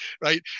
right